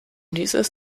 dieses